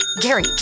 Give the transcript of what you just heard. Gary